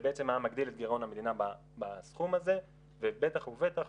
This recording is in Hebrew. זה בעצם היה מגדיל את גירעון המדינה בסכום הזה ובטח ובטח,